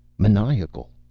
maniacal.